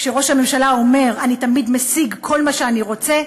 כשראש הממשלה אומר: אני תמיד משיג כל מה שאני רוצה,